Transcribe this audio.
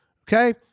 Okay